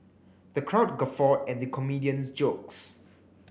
the crowd guffawed at the comedian's jokes